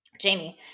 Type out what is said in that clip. Jamie